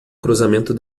cruzamento